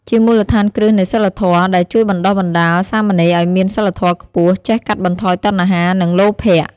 ជាមូលដ្ឋានគ្រឹះនៃសីលធម៌ ដែលជួយបណ្ដុះបណ្ដាលសាមណេរឱ្យមានសីលធម៌ខ្ពស់ ចេះកាត់បន្ថយតណ្ហា និងលោភៈ។